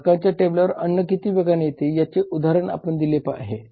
ग्राहकाच्या टेबलावर अन्न किती वेगाने येते याचे उदाहरण आपण दिले आहे